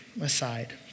aside